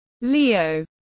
Leo